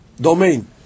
domain